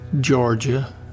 Georgia